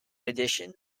addition